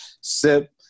sip